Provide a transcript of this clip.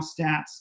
stats